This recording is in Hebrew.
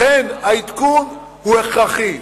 לכן העדכון הוא הכרחי,